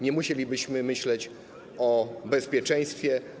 Nie musielibyśmy myśleć o bezpieczeństwie.